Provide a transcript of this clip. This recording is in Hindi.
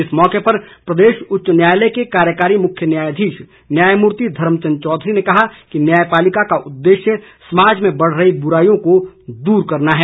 इस अवसर पर प्रदेश उच्च न्यायालय के कार्यकारी मुख्य न्यायाधीश न्यायमूर्ति धर्मचंद चौधरी ने कहा कि न्यायपालिका का उददेश्य समाज में बढ़ रही बुराईयों को दूर करना है